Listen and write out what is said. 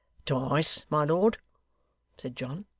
twice, my lord said john.